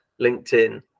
LinkedIn